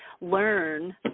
learn